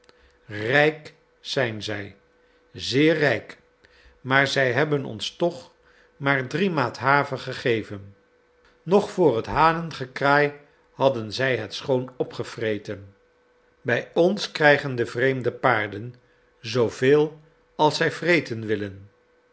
rijk zijn zij zeer rijk maar zij hebben ons toch maar drie maat haver gegeven nog voor het hanengekraai hadden zij het schoon opgevreten bij ons krijgen de vreemde paarden zooveel als zij vreten willen